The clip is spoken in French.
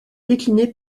déclinée